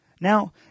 Now